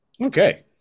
Okay